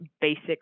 basic